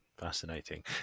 Fascinating